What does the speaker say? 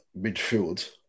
midfield